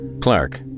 Clark